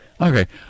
Okay